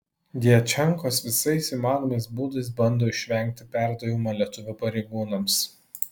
djačenkos visais įmanomais būdais bando išvengti perdavimo lietuvių pareigūnams